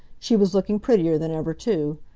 she was looking prettier than ever, too.